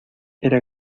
era